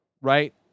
right